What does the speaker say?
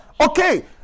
okay